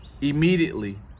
immediately